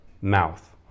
mouth